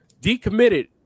decommitted